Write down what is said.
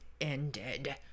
ended